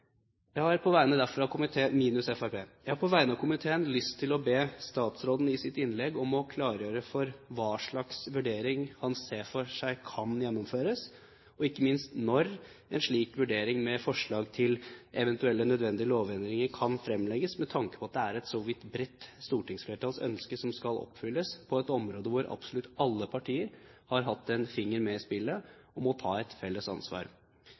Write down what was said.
jeg si det var godt sagt. På vegne av komiteen har jeg lyst til å be statsråden i sitt innlegg om å klargjøre hva slags vurdering han ser for seg kan gjennomføres, og ikke minst når en slik vurdering med forslag til eventuelle nødvendige lovendringer kan fremlegges, med tanke på at det er et så vidt bredt stortingsflertalls ønske som skal oppfylles, på et område hvor absolutt alle partier har hatt en finger med i spillet og må ta et felles ansvar.